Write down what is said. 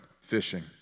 Fishing